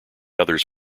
others